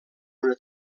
una